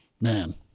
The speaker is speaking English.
man